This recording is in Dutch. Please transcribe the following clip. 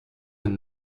een